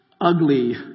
ugly